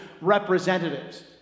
representatives